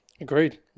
Agreed